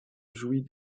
jouit